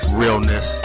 realness